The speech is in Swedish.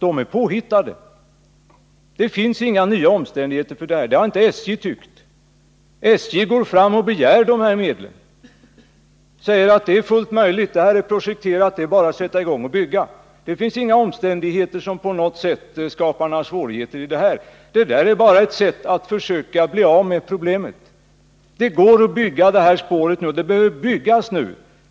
Det är påhittat. Det finns inga nya omständigheter i detta sammanhang. Det har inte SJ tyckt. SJ begär de här medlen och säger att detta är fullt möjligt, eftersom åtgärderna redan är projekterade. Det är således bara att sätta i gång och bygga; det finns inga omständigheter som på något sätt skapar svårigheter. Att hävda att det skulle finnas sådana omständigheter är bara ett sätt att försöka bli av med problemen. Det går att bygga dubbelspåret nu och det behöver byggas nu.